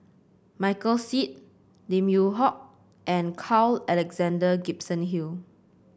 Michael Seet Lim Yew Hock and Carl Alexander Gibson Hill